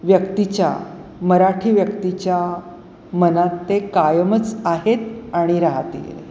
व्यक्तीच्या मराठी व्यक्तीच्या मनात ते कायमच आहेत आणि राहतीले